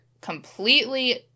completely